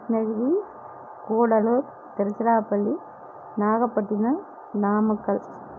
Krishnagiri Gudalur Tiruchirappalli Nagapattinam Namakkal